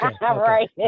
Right